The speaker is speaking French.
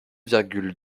virgule